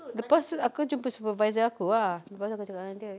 boss aku jumpa supervisor aku ah lepas tu aku tanya dia